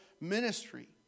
ministry